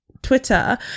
twitter